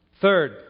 Third